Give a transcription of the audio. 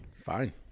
fine